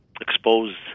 exposed